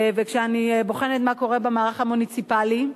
כשאני בוחנת מה קורה במערך המוניציפלי,